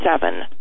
seven